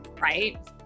right